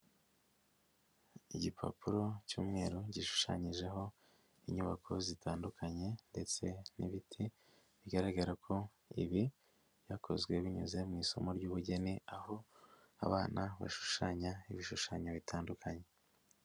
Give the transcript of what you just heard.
Igipapuro cy'umweru gishushanyijeho inyubako zitandukanye ndetse n'ibiti bigaragara ko ibi byakozwe binyuze mu isomo ry'ubugeni aho abana bashushanya ibishushanyo bitandukanye.